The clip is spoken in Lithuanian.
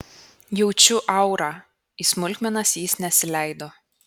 jaučiu aurą į smulkmenas jis nesileido